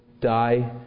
die